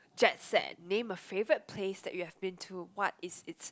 Jet set name a favourite place that you have been to what is it